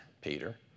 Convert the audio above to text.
Peter